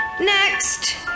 Next